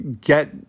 get